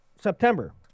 September